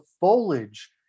foliage